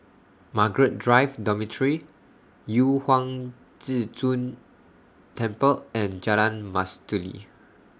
Margaret Drive Dormitory Yu Huang Zhi Zun Temple and Jalan Mastuli